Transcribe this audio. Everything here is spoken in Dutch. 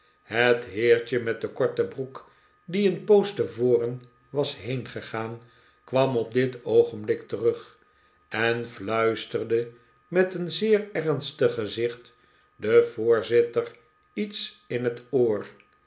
het heertje met de korte broek die een poos tevoren was heengegaan kwam op dit oogenblik terug en fluisterde met een zeer ernstig gezicht den voorzitter iets in het oor